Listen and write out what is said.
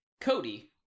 Cody